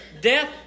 Death